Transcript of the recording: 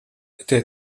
até